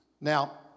Now